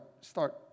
start